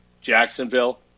Jacksonville